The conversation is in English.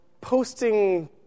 posting